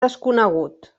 desconegut